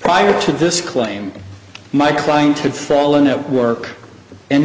prior to this claim my client had fallen at work and